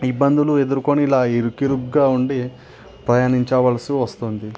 ఇబ్బందులు ఎదురుకొని ఇలా ఇరుకు ఇరుగ్గా ఉండి ప్రయాణించవలిసి వస్తుంది